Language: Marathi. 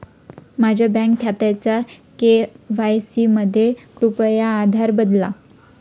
माझ्या बँक खात्याचा के.वाय.सी मध्ये कृपया आधार बदला